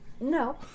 No